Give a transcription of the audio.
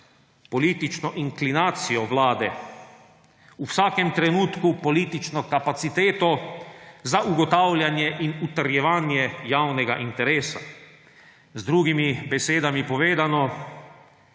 politično inklinacijo vlade v vsakem trenutku politično kapaciteto za ugotavljanje in utrjevanje javnega interesa. Z drugimi besedami povedano,